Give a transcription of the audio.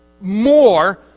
more